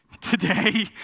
today